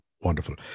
Wonderful